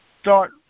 start